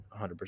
100%